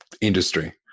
industry